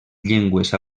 llengües